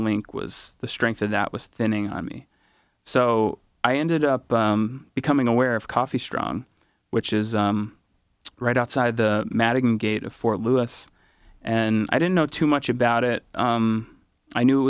link was the strength of that was thinning on me so i ended up becoming aware of coffee strong which is right outside the madigan gate of fort lewis and i don't know too much about it i knew it